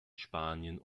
spanien